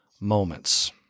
moments